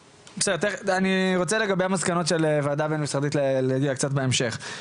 אני רוצה לגבי המסקנות של הוועדה הבין משרדית להגיע קצת בהמשך.